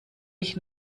ich